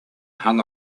hung